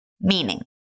meaning